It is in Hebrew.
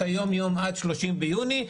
את היום-יום עד ה-30 ביוני,